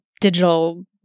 digital